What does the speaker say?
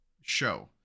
show